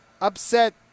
upset